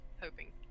hoping